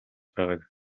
байгааг